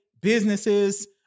businesses